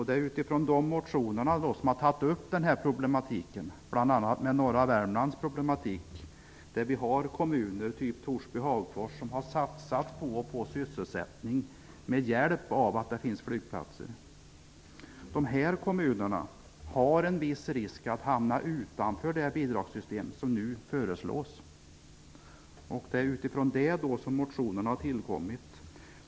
Den problematiken har tagits upp i motioner, bl.a. problemen i norra Värmland, där kommuner som Torsby och Hagfors har satsat på att få sysselsättning med hjälp av att det finns flygplatser. De kommunerna löper en viss risk att hamna utanför det bidragssystem som nu föreslås, och det är utifrån det som motionerna har tillkommit.